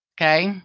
okay